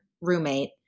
roommate